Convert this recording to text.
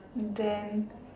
then